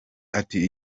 ati